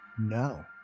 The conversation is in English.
no